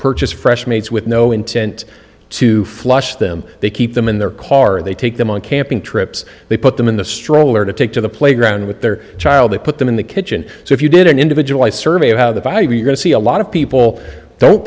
purchase fresh mates with no intent to flush them they keep them in their car they take them on camping trips they put them in the stroller to take to the playground with their child they put them in the kitchen so if you did an individual ice survey of how the five you're going to see a lot of people don't